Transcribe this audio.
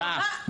טעה.